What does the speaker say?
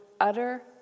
utter